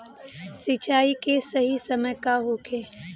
सिंचाई के सही समय का होखे?